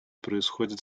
происходит